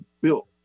built